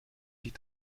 sich